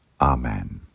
Amen